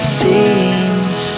seems